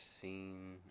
seen